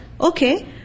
Okay